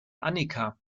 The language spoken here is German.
annika